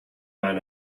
man